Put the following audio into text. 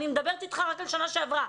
אני מדברת איתך רק על שנה שעברה.